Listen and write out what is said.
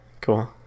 cool